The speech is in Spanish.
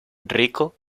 rico